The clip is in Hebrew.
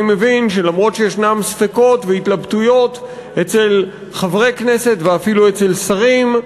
אני מבין שלמרות שישנם ספקות והתלבטויות אצל חברי כנסת ואפילו אצל שרים,